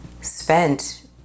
spent